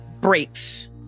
breaks